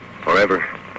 forever